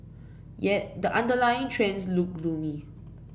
yet the underlying trends look gloomy